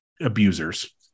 abusers